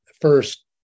First